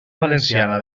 valenciana